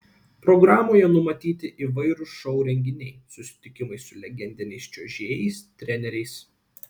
programoje numatyti įvairūs šou renginiai susitikimai su legendiniais čiuožėjais treneriais